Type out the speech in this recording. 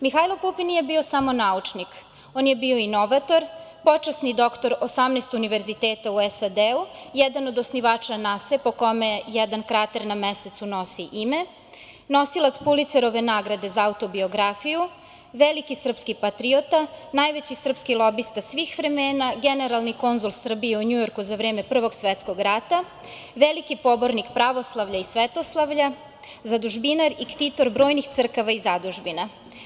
Mihajlo Pupin nije bio samo naučnik, on je bio inovator, počasni doktor 18 univerziteta u SAD, jedan od osnivača NASE po kome jedan krater na Mesecu nosi ime, nosilac Pulicerove nagrade za autobiografiju, veliki srpski patriota, najveći srpski lobista svih vremena i Generalni konzul Srbije u Njujorku za vreme Prvog svetskog rata, veliki pobornik pravoslavlja i svetosavlja, zadužbinar i ktitor brojnih crkava i zadužbina.